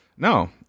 No